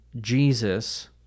Jesus